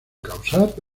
causar